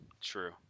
true